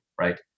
right